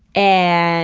and